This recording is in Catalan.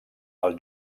els